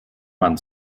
mann